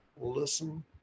listen